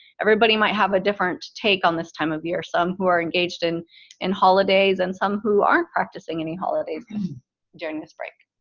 everybody might have a different take on this time of year. some who are engaged in in holidays and some who aren't practicing any holidays during this break.